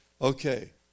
okay